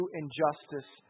injustice